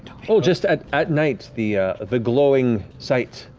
oh, just at at night, the the glowing sight,